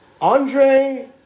Andre